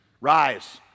Rise